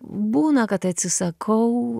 būna kad atsisakau